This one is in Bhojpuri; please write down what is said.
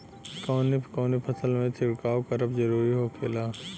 कवने कवने फसल में छिड़काव करब जरूरी होखेला?